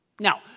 Now